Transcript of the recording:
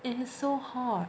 it is so hot